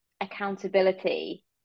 accountability